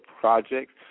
projects